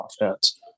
offense